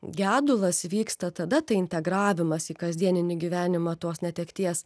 gedulas vyksta tada tai integravimas į kasdieninį gyvenimą tos netekties